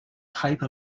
type